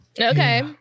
Okay